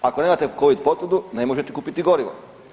Ako nemate Covid potvrdu, ne možete kupiti gorivo.